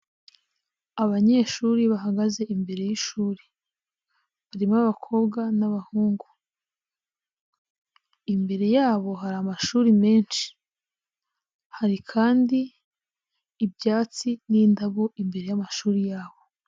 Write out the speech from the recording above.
Abanyeshuri bahagaze imbere y'ishuri harimo abakobwa n'abahungu, imbere yabo hari amashuri menshi hari kandi ibyatsi n'indabo imbere y'amashuri yabo.